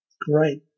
Great